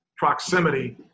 Proximity